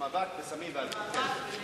למאבק בסמים ואלכוהול.